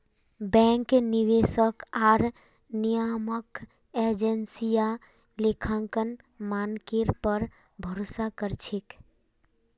bank, निवेशक आर नियामक एजेंसियां लेखांकन मानकेर पर भरोसा कर छेक